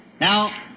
Now